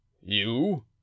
you